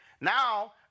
now